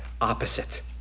opposite